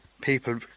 people